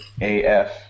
AF